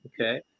Okay